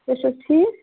تُہۍ چھِو حظ ٹھیٖک